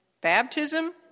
Baptism